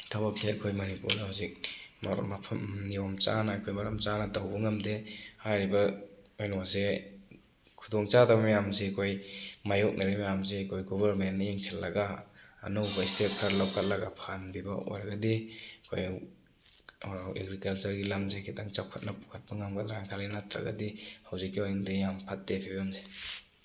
ꯊꯕꯛꯁꯦ ꯑꯩꯈꯣꯏ ꯃꯅꯤꯄꯨꯔꯗ ꯍꯧꯖꯤꯛ ꯃꯔꯝ ꯃꯐꯝ ꯑꯩꯈꯣꯏ ꯅꯤꯌꯣꯝ ꯆꯥꯅ ꯑꯩꯈꯣꯏ ꯃꯔꯝ ꯆꯥꯅ ꯇꯧꯕ ꯉꯝꯗꯦ ꯍꯥꯏꯔꯤꯕ ꯀꯩꯅꯣꯁꯦ ꯈꯨꯗꯣꯡꯆꯥꯗꯕ ꯃꯌꯥꯝꯁꯦ ꯑꯩꯈꯣꯏ ꯃꯥꯌꯣꯛꯅꯔꯤꯕ ꯃꯌꯥꯝꯁꯦ ꯑꯩꯈꯣꯏ ꯒꯣꯕꯔꯃꯦꯟꯅ ꯌꯦꯡꯁꯤꯟꯂꯒ ꯑꯩꯈꯣꯏ ꯑꯅꯧꯕ ꯏꯁꯇꯦꯞ ꯈꯔ ꯂꯧꯈꯠꯂꯒ ꯐꯍꯟꯕꯤꯕ ꯑꯣꯏꯔꯒꯗꯤ ꯑꯩꯈꯣꯏ ꯑꯦꯒ꯭ꯔꯤꯀꯜꯆꯔꯒꯤ ꯂꯝꯁꯤꯗ ꯈꯤꯇꯪ ꯆꯥꯎꯈꯠꯅ ꯄꯨꯈꯠꯄ ꯉꯝꯒꯗ꯭ꯔꯥ ꯍꯥꯏꯅ ꯈꯜꯂꯤ ꯅꯠꯇ꯭ꯔꯒꯗꯤ ꯍꯧꯖꯤꯛꯀꯤ ꯑꯣꯏꯅꯗꯤ ꯌꯥꯝ ꯐꯠꯇꯦ ꯐꯤꯕꯝꯁꯦ